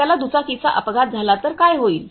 समजा त्याला दुचाकीचा अपघात झाला तर काय होईल